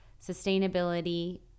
sustainability